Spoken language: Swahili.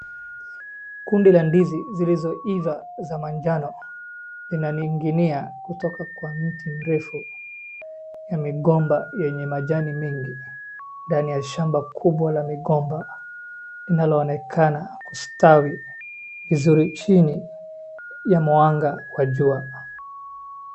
Kundi la ndizi zilizo iva za manjano, zinaning'inia kutoka kwa mti mrefu ya migomba yenye majani mengi, ndani ya shamba kubwa la migomba linaloonekana kustawi vizuri chini ya mwanga wa jua.